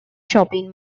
shopping